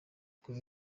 kuba